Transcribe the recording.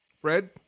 Fred